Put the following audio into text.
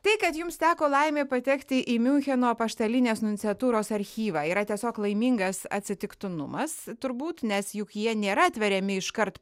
tai kad jums teko laimė patekti į miuncheno apaštalinės nunciatūros archyvą yra tiesiog laimingas atsitiktinumas turbūt nes juk jie nėra atveriami iškart